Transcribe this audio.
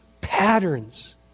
patterns